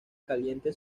caliente